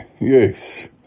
Yes